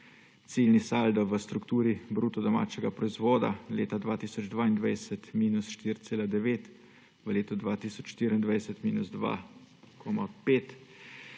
ciljni saldo v strukturi bruto domačega proizvoda leta 2022 –4,9, v letu 2024 –2,5.